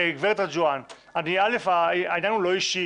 גברת רג'ואן, א', העניין הוא לא אישי